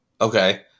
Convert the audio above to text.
Okay